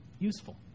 useful